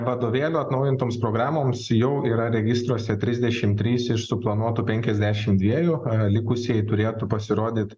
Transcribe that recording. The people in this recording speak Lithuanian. vadovėlių atnaujintoms programoms jau yra registruose trisdešimt trys iš suplanuotų penkiasdešimt dviejų likusieji turėtų pasirodyt